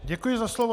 Děkuji za slovo.